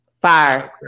Fire